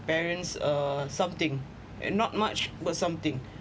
parents uh something and not much but something